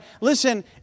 Listen